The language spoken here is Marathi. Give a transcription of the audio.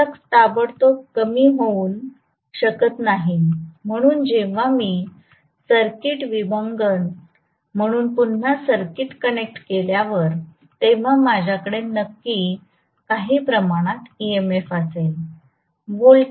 फ्लक्स ताबडतोब कमी होऊ शकत नाही म्हणून जेव्हा मी सर्किट विभंगक करून पुन्हा सर्किट कनेक्ट केल्यावर तेव्हा माझ्याकडे नक्की काही प्रमाणात EMF असेल